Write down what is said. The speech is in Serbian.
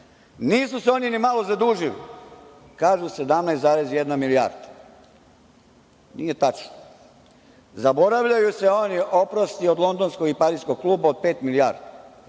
se oni mnogo zadužili. Kažu, 17,1 milijarda. Nije tačno. Zaboravljaju se oni oprosti od Londonskog i Pariskog kluba od pet milijardi,